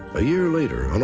a year later, and